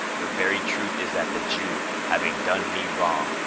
the very truth is that the jew, having done me wrong,